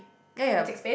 ya ya ya